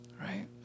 right